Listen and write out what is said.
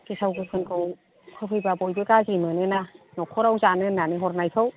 गेसाव गोफोनखौ होफैबा बयबो गाज्रि मोनोना न'खराव जानो होननानै हरनायखौ